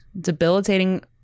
Debilitating